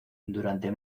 durante